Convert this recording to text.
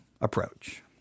approach